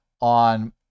on